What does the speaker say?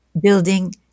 building